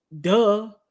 Duh